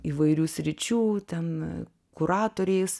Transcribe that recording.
įvairių sričių ten kuratoriais